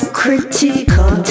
critical